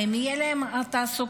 האם תהיה להם תעסוקה?